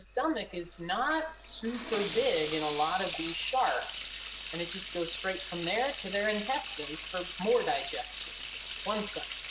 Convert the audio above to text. stomach is not super big in a lot of these sharks and it just goes straight from there to their intestines for more digestion, so one stomach.